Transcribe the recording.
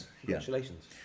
Congratulations